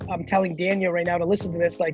i'm telling danyah right now to listen to this, like